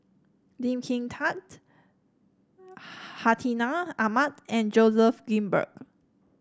Lee Kin Tat Hartinah Ahmad and Joseph Grimberg